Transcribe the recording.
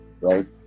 right